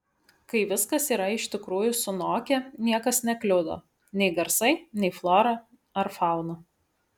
kai viskas yra iš tikrųjų sunokę niekas nekliudo nei garsai nei flora ar fauna